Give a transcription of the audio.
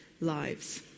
lives